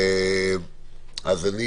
אז אני